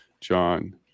john